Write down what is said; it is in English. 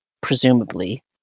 presumably